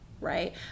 right